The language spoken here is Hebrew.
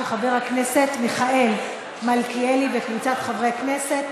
של חבר הכנסת מיכאל מלכיאלי וקבוצת חברי הכנסת.